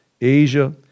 Asia